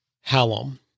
Hallam